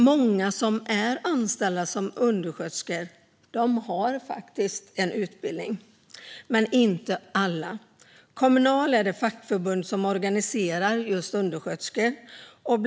Många som är anställda som undersköterska har en utbildning, men inte alla. Kommunal är det fackförbund som organiserar undersköterskor.